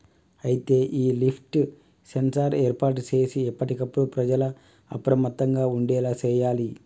అయితే ఈ lift sensor ఏర్పాటు సేసి ఎప్పటికప్పుడు ప్రజల అప్రమత్తంగా ఉండేలా సేయాలి